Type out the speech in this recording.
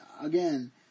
again